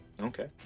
Okay